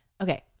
okay